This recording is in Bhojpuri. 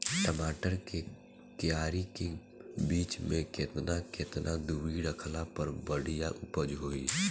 टमाटर के क्यारी के बीच मे केतना केतना दूरी रखला पर बढ़िया उपज होई?